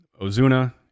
Ozuna